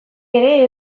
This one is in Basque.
ere